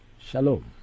Shalom